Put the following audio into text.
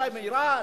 אולי מאירן,